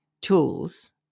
tools